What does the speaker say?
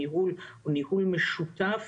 הניהול הוא ניהול משותף,